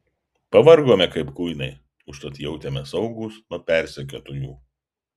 pavargome kaip kuinai užtat jautėmės saugūs nuo persekiotojų